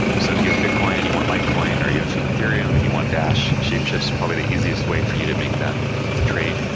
so if you have bitcoin and you want like litecoin or you have ethereum and you want dash, shapeshift is probably the easiest way for you to make that trade.